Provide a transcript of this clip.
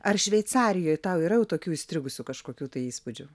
ar šveicarijoj tau yra jau tokių įstrigusių kažkokių tai įspūdžių